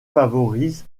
favorise